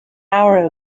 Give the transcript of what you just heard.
hour